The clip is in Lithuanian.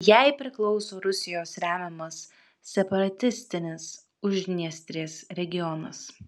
jai priklauso rusijos remiamas separatistinis uždniestrės regionas